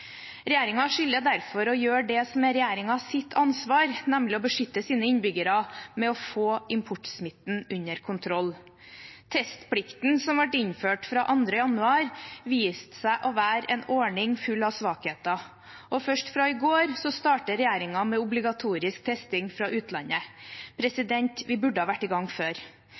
skylder derfor å gjøre det som er regjeringens ansvar, nemlig å beskytte sine innbyggere ved å få importsmitten under kontroll. Testplikten som ble innført fra 2. januar, viste seg å være en ordning full av svakheter. Først fra i går startet regjeringen med obligatorisk testing fra utlandet. Vi burde vært i gang før.